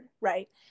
right